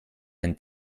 ein